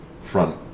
front